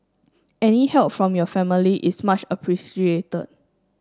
any help from your family is much appreciated